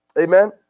amen